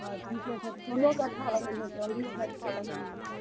हाँ ठीके छै सोनोके अच्छा लगहियो चाँदियोके अच्छा लगहियौ